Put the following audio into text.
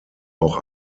auch